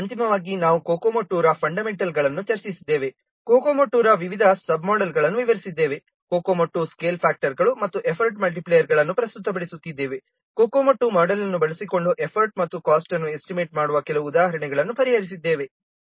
ಆದ್ದರಿಂದ ಅಂತಿಮವಾಗಿ ನಾವು COCOMO II ರ ಫಂಡಮೆಂಟಲ್ಗಳನ್ನು ಚರ್ಚಿಸಿದ್ದೇವೆ COCOMO II ರ ವಿವಿಧ ಸಬ್-ಮೋಡೆಲ್sub-modelಗಳನ್ನು ವಿವರಿಸಿದ್ದೇವೆ COCOMO II ಸ್ಕೇಲ್ ಫ್ಯಾಕ್ಟರ್ಗಳು ಮತ್ತು ಎಫರ್ಟ್ ಮಲ್ಟಿಪ್ಲೈಯರ್ಗಳನ್ನು ಪ್ರಸ್ತುತಪಡಿಸಿದ್ದೇವೆ COCOMO II ಮೋಡೆಲ್ ಅನ್ನು ಬಳಸಿಕೊಂಡು ಎಫರ್ಟ್ ಮತ್ತು ಕಾಸ್ಟ್ ಅನ್ನು ಎಸ್ಟಿಮೇಟ್ ಮಾಡುವ ಕೆಲವು ಉದಾಹರಣೆಗಳನ್ನು ಪರಿಹರಿಸಿದ್ದೇವೆ